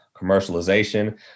commercialization